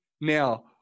Now